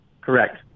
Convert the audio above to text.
Correct